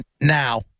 Now